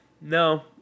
no